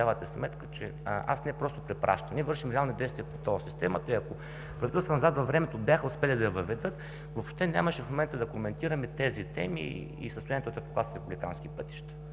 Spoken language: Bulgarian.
давате сметка, че аз не просто препращам. Ние вършим реални действия по тол системата и ако се връщам назад във времето бяха успели да я въведат, въобще в момента нямаше да коментираме тези теми и състоянието на третокласните републикански пътища.